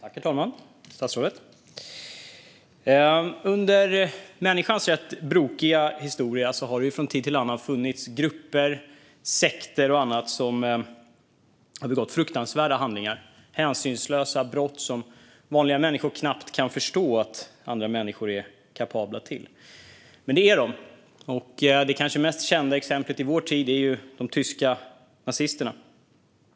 Herr talman! Statsrådet! Under människans rätt brokiga historia har det från tid till annan funnits grupper, sekter och andra som har begått fruktansvärda handlingar, hänsynslösa brott som vanliga människor knappt kan förstå att andra människor är kapabla till. Men det är de. Det kanske mest kända exemplet i vår tid var de tyska nazisterna.